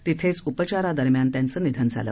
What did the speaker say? तिथेच उपचारादरम्यान त्यांचं निधन झालं